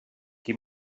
qui